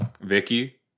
Vicky